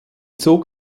zog